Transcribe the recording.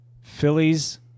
Phillies